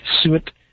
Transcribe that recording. suet